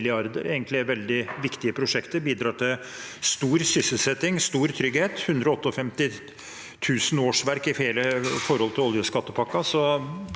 Det er egentlig veldig viktige prosjekter som bidrar til sterk sysselsetting, stor trygghet – 158 000 årsverk i forhold til oljeskattepakken.